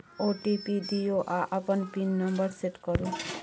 OTP दियौ आ अपन पिन नंबर सेट करु